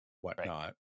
whatnot